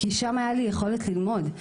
כי שם הייתה לי היכולת ללמוד,